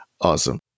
awesome